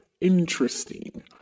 Interesting